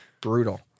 Brutal